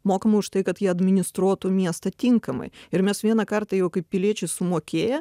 mokama už tai kad jie administruotų miestą tinkamai ir mes vieną kartą jau kaip piliečiai sumokėję